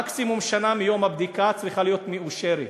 מקסימום שנה מיום הבדיקה, היא צריכה להיות מאושרת.